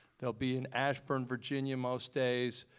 they'll be in ashburn, virginia most days.